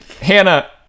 Hannah